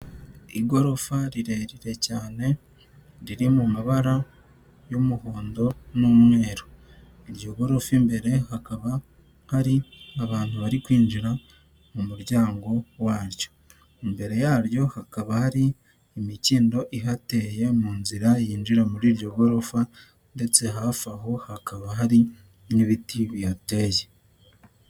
Igorofa rirerire cyane riri mu mabara y'umuhondo n'umweru iryo gorofa mbere hakaba hari abantu bari kwinjira mu muryango waryo mbere yaryo hakaba hari imikindo ihateye mu nzira yinjira muri iryo gorofa ndetse hafi aho hakaba hari n'ibiti bihateye.